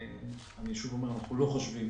אני שוב אומר שאנחנו לא חושבים